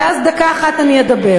ואז דקה אחת אני אדבר.